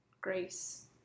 grace